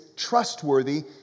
trustworthy